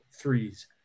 threes